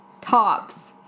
tops